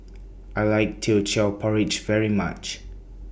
I like Teochew Porridge very much